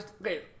Okay